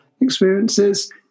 experiences